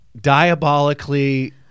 diabolically